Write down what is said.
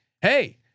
Hey